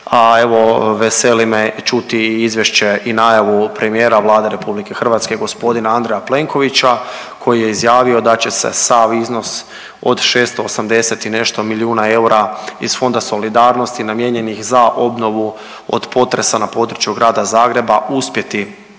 a evo veseli me čuti i izvješće i najavu premijera Vlade RH g. Andreja Plenkovića koji je izjavio da će se sav iznos od 680 i nešto milijuna eura iz Fonda solidarnosti namijenjenih za obnovu od potresa na području Grada Zagreba uspjeti